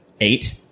Eight